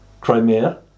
Crimea